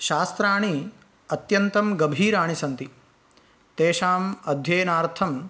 शास्त्राणि अत्यन्तं गभीराणि सन्ति तेषाम् अध्ययनार्थं